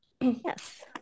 yes